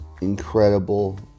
incredible